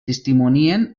testimonien